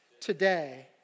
today